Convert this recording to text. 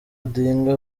odinga